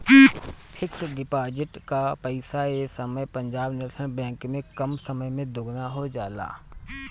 fix deposit कअ पईसा ए समय पंजाब नेशनल बैंक में कम समय में दुगुना हो जाला